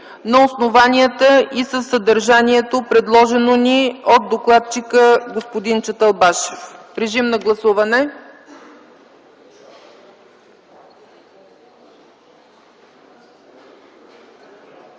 на основанията и със съдържанието, предложено ни от докладчика господин Чаталбашев. Гласували